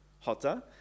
hotter